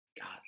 God